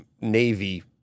Navy